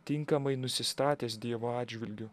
tinkamai nusistatęs dievo atžvilgiu